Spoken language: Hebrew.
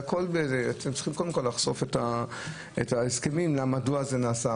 אתם צריכים קודם כול לחשוף את ההסכמים מדוע זה נעשה.